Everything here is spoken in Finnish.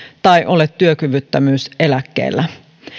tai ole työkyvyttömyyseläkkeellä